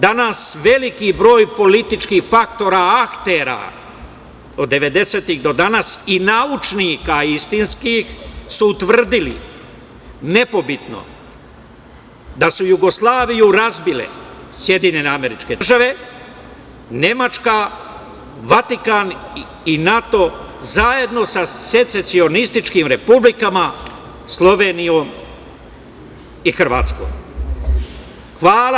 Danas veliki broj političkih faktora aktera od 90-ih, do danas i naučnika istinskih su utvrdili nepobitno da su Jugoslaviju razbile SAD, Nemačka, Vatikan i NATO zajedno sa sececionističkim republikama Slovenijom i Hrvatskom.